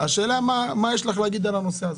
השאלה מה יש לך להגיד על הנושא הזה.